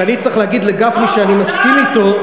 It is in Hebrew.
כשאני צריך להגיד לגפני שאני מסכים אתו,